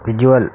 visual